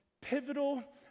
pivotal